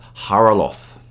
Haraloth